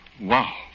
Wow